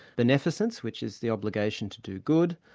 beneficence, which is the obligation to do good,